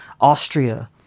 Austria